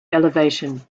elevation